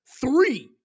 three